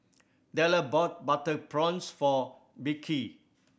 Della bought butter prawns for Beckie